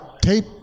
tape